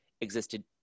existed